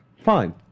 Fine